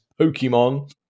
Pokemon